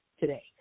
today